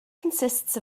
consists